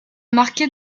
marqué